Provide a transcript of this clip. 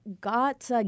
got